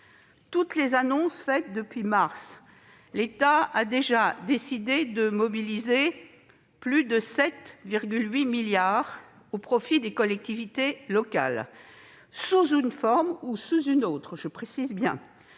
toutes les annonces faites depuis mars, l'État a déjà décidé de mobiliser plus de 7,8 milliards d'euros au profit des collectivités locales, sous une forme ou sous une autre- compensation,